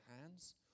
hands